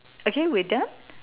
okay we are done